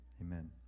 Amen